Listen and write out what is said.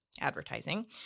advertising